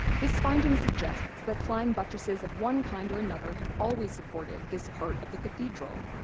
this finding suggests that flying buttresses of one kind or another have always supported this part of the cathedral,